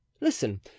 Listen